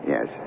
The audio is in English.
Yes